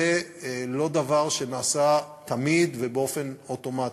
זה לא דבר שנעשה תמיד ובאופן אוטומטי.